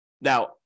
Now